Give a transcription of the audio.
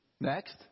Next